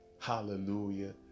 hallelujah